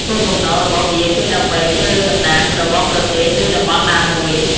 គោលបំណងរបស់វាគឺដើម្បីជ្រើសរើសតំណាងរបស់ប្រទេសឬតំបន់ណាមួយ។